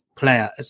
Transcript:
player